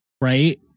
Right